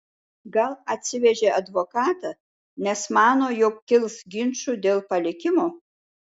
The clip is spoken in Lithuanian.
gal atsivežė advokatą nes mano jog kils ginčų dėl palikimo